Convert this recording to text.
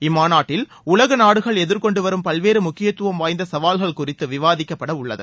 இம்மாநாட்டில் உலக நாடுகள் எதிர்கொண்டு வரும் பல்வேறு முக்கியத்துவம் வாய்ந்த சவால்கள் குறித்து விவாதிக்கப்பட உள்ளது